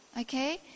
okay